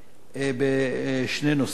בשני נושאים.